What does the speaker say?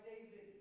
David